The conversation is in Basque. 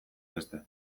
beste